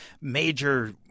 major